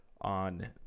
on